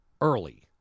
early